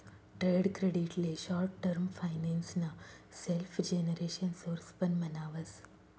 trade credit ले short term finance ना self generation source पण म्हणावस